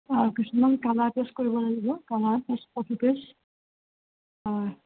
অঁ কিছুমান colour page কৰিব লাগিব কালাৰ পেজ ক'পি পেজ হয়